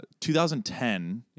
2010